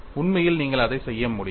உண்மையில் நீங்கள் அதை செய்ய முடியும்